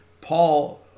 Paul